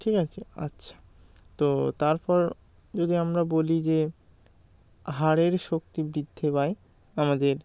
ঠিক আছে আচ্ছা তো তারপর যদি আমরা বলি যে হাড়ের শক্তি বৃদ্ধি পায় আমাদের